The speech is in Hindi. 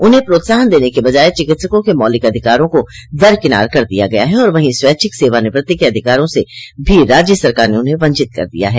उन्हें प्रोत्साहन देने के बजाये चिकित्सकों के मौलिक अधिकारों को दरकिनार कर दिया गया है और वहीं स्वैच्छिक सेवा निवृत्ति के अधिकारों से भी राज्य सरकार ने उन्हें वंचित कर दिया है